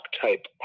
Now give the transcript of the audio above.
type